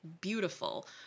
beautiful